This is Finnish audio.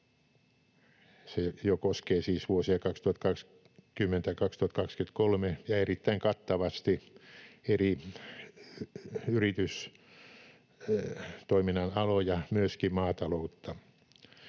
Se jo koskee siis vuosia 2020—2023 ja erittäin kattavasti eri yritystoiminnan aloja, myöskin maataloutta.